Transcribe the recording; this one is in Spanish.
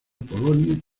polonia